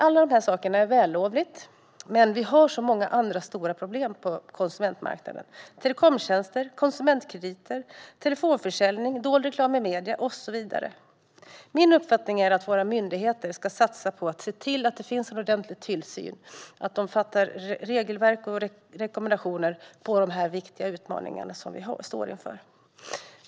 Alla de här sakerna är vällovliga, men vi har så många andra stora problem på konsumentmarknaden: telekomtjänster, konsumentkrediter, telefonförsäljning, dold reklam i medier och så vidare. Min uppfattning är att våra myndigheter ska satsa på att se till att det finns ordentlig tillsyn samt regelverk och rekommendationer vad gäller de här viktiga utmaningarna, som vi står inför.